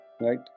right